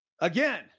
Again